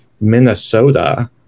Minnesota